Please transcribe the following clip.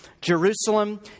jerusalem